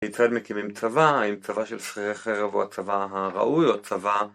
כיצד מקימים צבא, אם צבא של שכירי חרב הוא הצבא הראוי או צבא